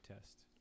test